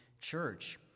church